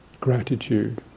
Gratitude